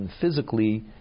physically